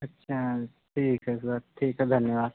अच्छा ठीक है सर ठीक है धन्यवाद